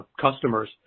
customers